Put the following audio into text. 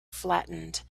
flattened